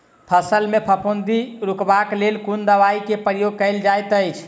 फसल मे फफूंदी रुकबाक लेल कुन दवाई केँ प्रयोग कैल जाइत अछि?